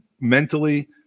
mentally